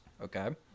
okay